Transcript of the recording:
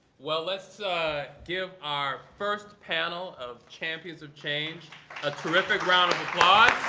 well, let's give our first panel of champions of change a terrific round of applause.